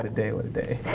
ah day, what a day.